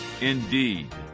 indeed